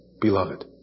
beloved